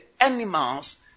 animals